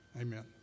Amen